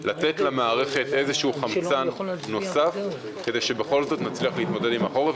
לתת למערכת חמצן נוסף כדי שבכל זאת נצליח להתמודד עם החורף,